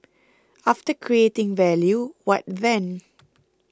after creating value what then